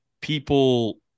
people